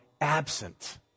absent